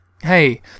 Hey